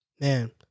Man